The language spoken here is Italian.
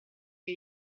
che